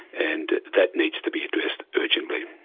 and that needs to be addressed urgently.